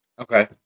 Okay